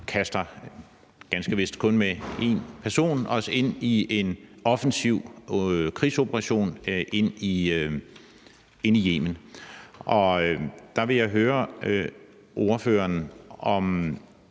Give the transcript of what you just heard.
kaster – ganske vist kun med én person – os ind i en offensiv krigsoperation inde i Yemen, jeg vil høre ordføreren om.